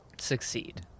Succeed